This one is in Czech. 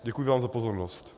Děkuji vám za pozornost.